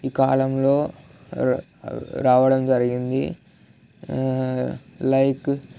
ఈ కాలంలో రావడం జరిగింది లైక్